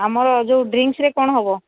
ଆମର ଯୋଉ ଡ୍ରିଙ୍କ୍ସରେ କ'ଣ ହେବ